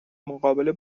مقابله